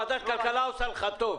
נעולה.